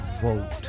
vote